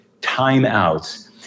timeouts